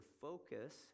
focus